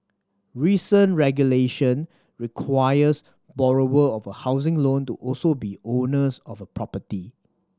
recent regulation requires borrower of a housing loan to also be owners of a property